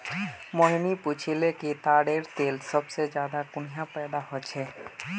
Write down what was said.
मोहिनी पूछाले कि ताडेर तेल सबसे ज्यादा कुहाँ पैदा ह छे